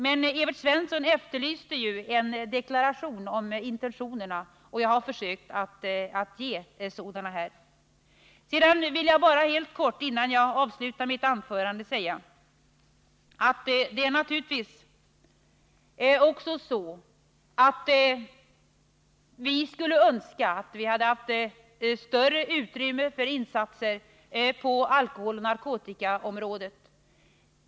Men Evert Svensson efterlyste en definition av intentionerna, och jag har försökt att ge en sådan. Jag vill bara helt kort innan jag avslutar mitt anförande säga att vi naturligtvis skulle önska att vi hade haft större utrymme för insatser på alkoholoch narkotikaområdet.